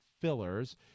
fillers